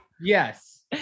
Yes